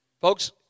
folks